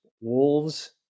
wolves